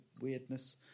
weirdness